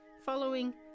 following